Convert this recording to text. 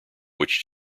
which